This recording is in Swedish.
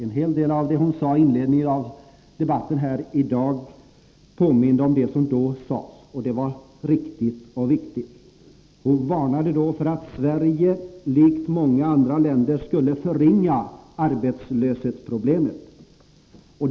En hel del av vad hon sade i inledningen av denna debatt i dag påminde om det som då sades, och det var riktigt och viktigt. Hon varnade då för att vi i Sverige liksom i många andra länder skulle förringa arbetslöshetsproblemet.